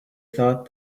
thought